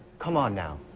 come on now,